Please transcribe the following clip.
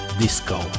Disco